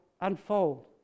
unfold